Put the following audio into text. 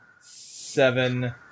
seven